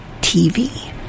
TV